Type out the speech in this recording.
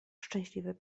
szczęśliwy